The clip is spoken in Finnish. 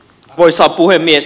arvoisa puhemies